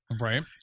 Right